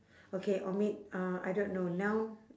okay omit uh I don't know noun